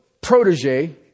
protege